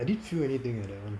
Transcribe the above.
I didn't feel anything leh